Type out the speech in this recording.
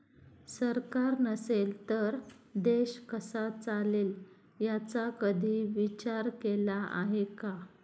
सरकार नसेल तर देश कसा चालेल याचा कधी विचार केला आहे का?